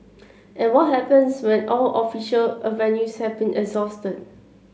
and what happens when all official avenues have been exhausted